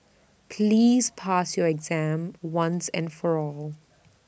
please pass your exam once and for all